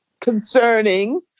concerning